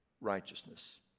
righteousness